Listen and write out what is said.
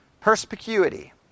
Perspicuity